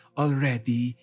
already